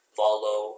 follow